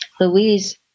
Louise